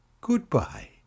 goodbye